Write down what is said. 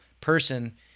person